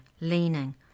leaning